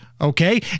Okay